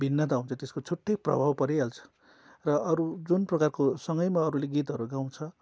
भिन्नता हुन्छ त्यसको छुट्टै प्रभाव परिहाल्छ र अरू जुन प्रकारको सँगैमा अरूले गीतहरू गाउँछ